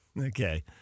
Okay